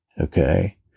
Okay